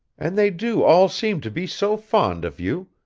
and they do all seem to be so fond of you.